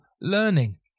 learning